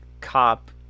cop